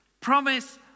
promise